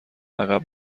عقب